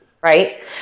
Right